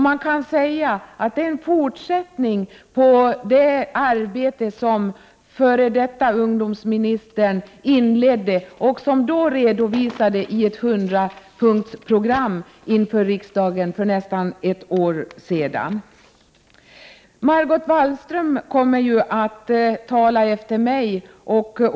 Man kan säga att det är en fortsättning på det arbete som f.d. ungdomsministern inledde och som då redovisades i ett hundrapunktersprogram inför riksdagen för nästan ett år sedan. Margot Wallström kommer att tala efter mig.